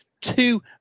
two